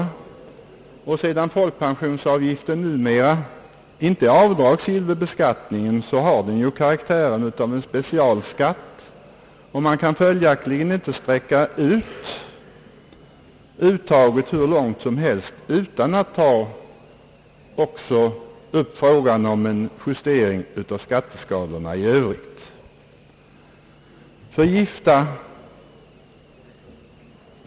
I synnerhet sedan folkpensionsavgiften numera inte är avdragsgill vid beskattningen har den ju karaktären av specialskatt, och man kan följaktligen inte öka uttaget hur långt som helst utan att också pröva frågan om en justering av skatteskalorna i övrigt.